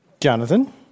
Jonathan